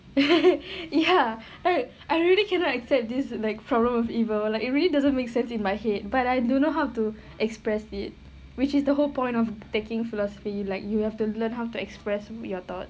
ya like I really cannot accept this like problem of evil though like it really doesn't make sense in my head but I don't know how to express it which is the whole point of taking philosophy like you have to learn how to express your thoughts